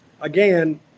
Again